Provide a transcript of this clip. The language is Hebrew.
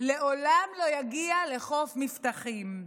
לעולם לא יגיע לחוף מבטחים.